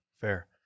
fair